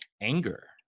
anger